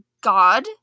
God